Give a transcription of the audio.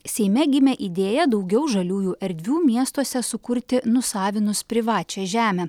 seime gimė idėja daugiau žaliųjų erdvių miestuose sukurti nusavinus privačią žemę